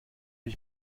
ich